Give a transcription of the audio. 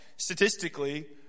statistically